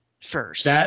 first